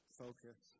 focus